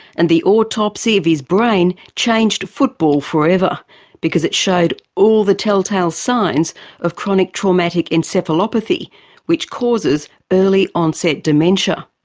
and the autopsy of his brain changed football forever because it showed all the tell-tale signs of chronic traumatic encephalopathy which causes early onset dementia.